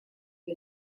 для